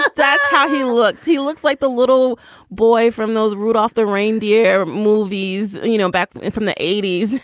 but that's how he looks. he looks like the little boy from those rudolph the reindeer movies. you know, back from from the eighty s,